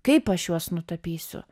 kaip aš juos nutapysiu